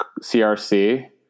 crc